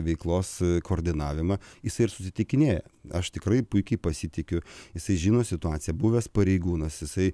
veiklos koordinavimą jisai ir susitikinėja aš tikrai puikiai pasitikiu jisai žino situaciją buvęs pareigūnas jisai